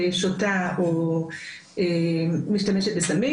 שותה או משתמשת בסמים,